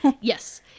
Yes